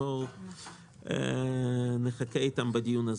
בואו נחכה איתם בדיון הזה.